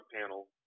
panel